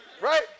right